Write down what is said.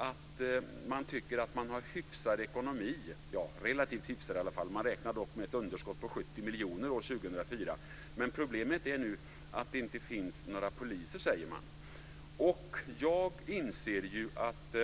I Skåne tycker man att man har relativt hyfsad ekonomi. Man räknar dock med ett underskott på 70 miljoner år 2004. Man säger att problemet nu är att det inte finns några poliser. Jag inser att